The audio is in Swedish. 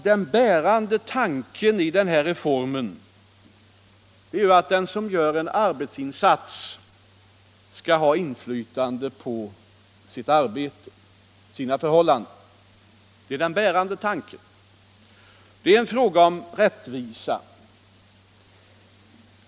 Den bärande tanken i den här reformen är att den som gör en arbetsinsats skall ha inflytande över sina arbetsförhållanden. Det är en fråga om rättvisa.